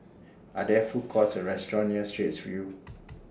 Are There Food Courts Or restaurants near Straits View